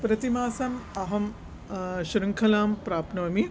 प्रतिमासम् अहं शृङ्खलां प्राप्नोमि